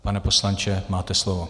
Pane poslanče, máte slovo.